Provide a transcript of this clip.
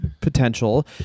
potential